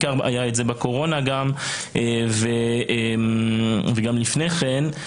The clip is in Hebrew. היה את זה בקורונה גם וגם לפני כן.